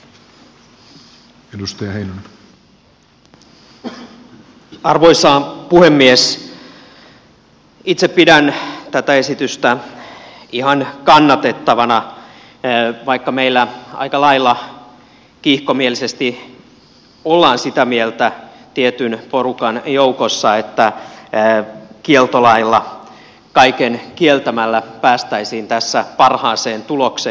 itse pidän tätä esitystä ihan kannatettavana vaikka meillä aika lailla kiihkomielisesti ollaan sitä mieltä tietyn porukan joukossa että kieltolailla kaiken kieltämällä päästäisiin tässä parhaaseen tulokseen